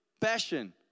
passion